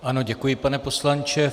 Ano, děkuji, pane poslanče.